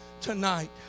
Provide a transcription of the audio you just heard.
tonight